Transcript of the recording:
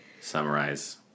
summarize